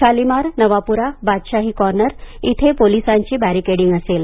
Shalimar Navapura Badshahi corner इथे पोलिसांची barricading असेल